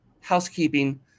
housekeeping